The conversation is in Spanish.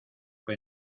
que